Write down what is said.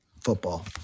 football